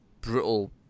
brutal